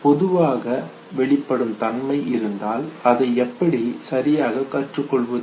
பொதுவாக வெளிப்படும் தன்மை இருந்தால் அதை எப்படி சரியாக கற்றுக் கொள்வது